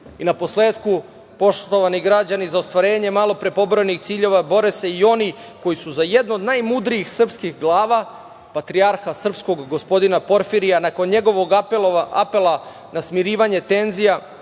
isto. Naposletku, poštovani građani, za ostvarenje malopre pobrojanih ciljeva bore se i oni koji su za jednu od najmudrijih srpskih glava, patrijarha srpskog gospodina Porfirija, nakon njegovog apela na smirivanje tenzija,